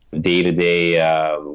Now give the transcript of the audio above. day-to-day